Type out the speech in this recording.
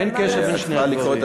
אין קשר בין שני הדברים.